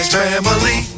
family